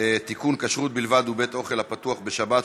בלבד ובית-אוכל הפתוח בשבת),